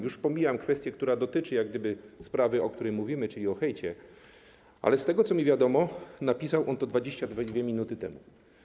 Już pomijam kwestię, która dotyczy sprawy, o której mówimy, czyli hejtu, ale z tego, co mi wiadomo, napisał on to 22 minuty temu.